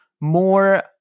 more